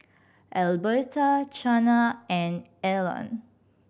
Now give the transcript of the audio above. Alberta Chana and Elon